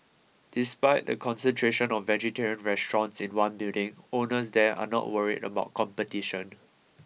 despite the concentration of vegetarian restaurants in one building owners there are not worried about competition